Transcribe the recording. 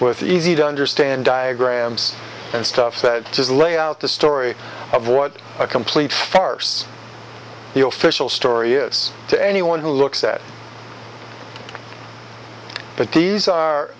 with easy to understand diagrams and stuff that does lay out the story of what a complete farce the oficial story is to anyone who looks at it but these are